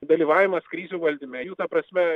dalyvavimas krizių valdyme jų ta prasme